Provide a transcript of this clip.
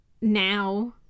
now